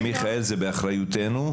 ומיכאל זה באחריותנו,